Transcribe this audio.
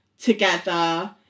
together